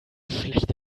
schlecht